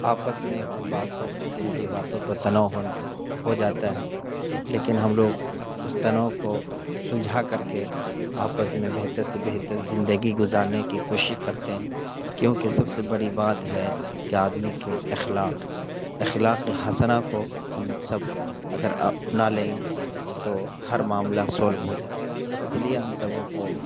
آپس میں کچھ بات سے چھوٹی موٹی باتوں پر تناؤ ہو جاتا ہے لیکن ہم لوگ اس تناؤ کو سلجھا کر کے آپس میں بہتر سے بہتر زندگی گزارنے کی کوشش کرتے ہیں کیونکہ سب سے بڑی بات ہے کہ آدمی کے اخلاق اخلاق حسنہ کو ہم سب اگر اپنا لیں تو ہر معاملہ سولو ہو جائے اسی لیے ہم سبھوں کو